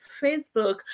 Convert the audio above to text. Facebook